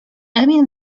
emil